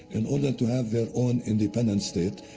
in order to have their own independent state,